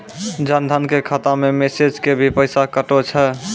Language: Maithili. जन धन के खाता मैं मैसेज के भी पैसा कतो छ?